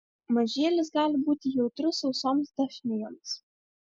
mažylis gali būti jautrus sausoms dafnijoms